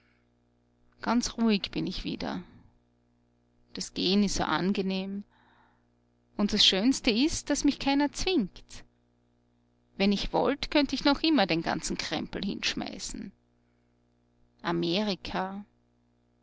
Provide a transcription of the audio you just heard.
ganz ruhig bin ich wieder das gehen ist so angenehm und das schönste ist daß mich keiner zwingt wenn ich wollt könnt ich noch immer den ganzen krempel hinschmeißen amerika